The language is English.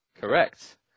Correct